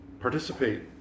participate